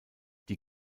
die